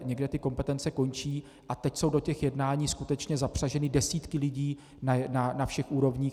Někde ty kompetence končí a teď jsou do těch jednání skutečně zapřaženy desítky lidí na všech úrovních.